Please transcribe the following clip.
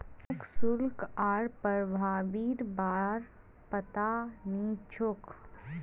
मोक शुल्क आर प्रभावीर बार पता नइ छोक